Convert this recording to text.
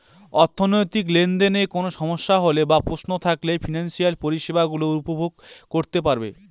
অর্থনৈতিক লেনদেনে কোন সমস্যা হলে বা প্রশ্ন থাকলে ফিনান্সিয়াল পরিষেবা গুলো উপভোগ করতে পারবো